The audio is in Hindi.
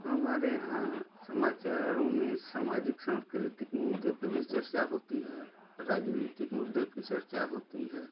हमारे यहाँ समाचारों में समाजिक सांस्कृतिक मुद्दे पे भी चर्चा होती है राजनीतिक मुद्दे पे चर्चा होती है